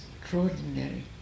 extraordinary